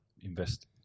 invest